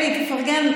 אלי, תפרגן.